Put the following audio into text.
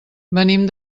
venim